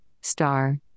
star